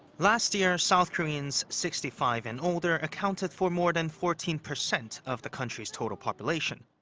last year, south koreans sixty five and older accounted for more than fourteen percent of the country's total population.